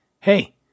Hey